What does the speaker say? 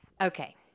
Okay